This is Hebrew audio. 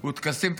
"וטקסים,